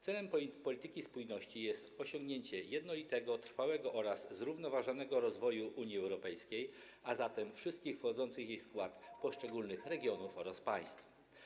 Celem polityki spójności jest osiągnięcie jednolitego, trwałego oraz zrównoważonego rozwoju Unii Europejskiej, a zatem wszystkich wchodzących w jej skład poszczególnych regionów oraz państw.